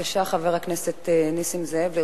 בבקשה, חבר הכנסת נסים זאב.